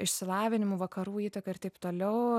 išsilavinimu vakarų įtaka ir taip toliau